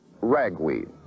ragweed